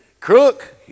Crook